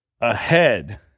ahead